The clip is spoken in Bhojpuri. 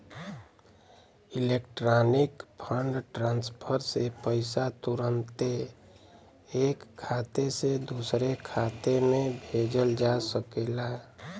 इलेक्ट्रॉनिक फंड ट्रांसफर से पईसा तुरन्ते ऐक खाते से दुसरे खाते में भेजल जा सकेला